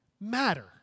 matter